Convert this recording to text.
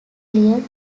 cleared